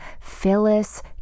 Phyllis